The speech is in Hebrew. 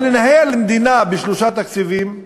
אבל לנהל מדינה בשלושה תקציבים,